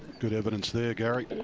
good evidence there, gary.